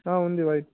ఉంది